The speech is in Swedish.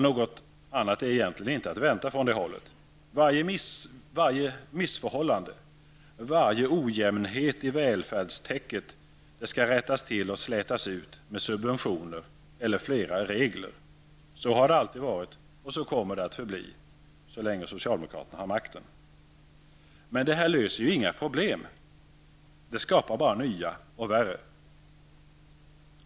Något annat är egentligen inte att vänta från det hållet. Varje missförhållande, varje ojämnhet i välfärdstäcket skall rättas till och slätas ut med subventioner eller flera regler. Så har det alltid varit, och så kommer det att förbli, så länge socialdemokraterna har makten. Men detta löser ju inga problem. Det skapar bara nya och värre problem.